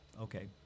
okay